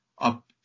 up